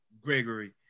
Gregory